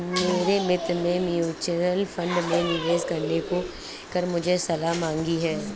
मेरे मित्र ने म्यूच्यूअल फंड में निवेश करने को लेकर मुझसे सलाह मांगी है